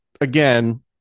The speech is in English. again